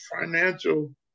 financial